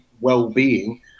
well-being